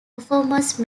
performance